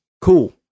cool